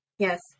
Yes